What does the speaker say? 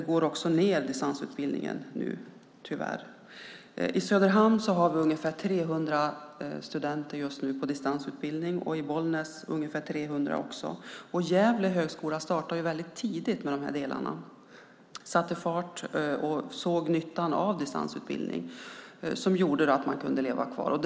Tyvärr minskar distansutbildningen. I Söderhamn finns ungefär 300 studenter i distansutbildning, och i Bollnäs är det också ungefär 300. Högskolan i Gävle startade tidigt med dessa delar, satte fart och såg nyttan med distansutbildning, det vill säga att man kan bo kvar.